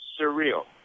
surreal